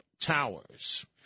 Towers